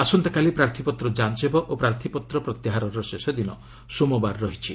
ଆସନ୍ତାକାଲି ପ୍ରାର୍ଥୀପତ୍ର ଯାଞ୍ଚ୍ ହେବ ଓ ପ୍ରାର୍ଥୀପ୍ରତ୍ୟାହାରର ଶେଷ ଦିନ ସୋମବାର ରହିଛି